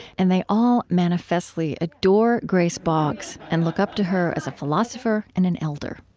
and they all manifestly adore grace boggs and look up to her as a philosopher and an elder